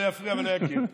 לא יפריע ולא יכיר.